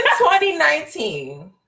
2019